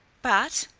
but,